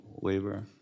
waiver